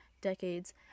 decades